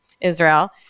Israel